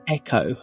echo